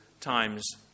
times